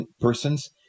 persons